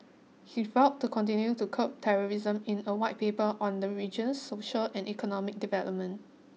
he vowed to continue to curb terrorism in a White Paper on the region's social and economic development